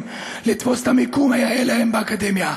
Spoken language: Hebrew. לתפוס את המקום היאה להם באקדמיה,